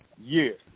year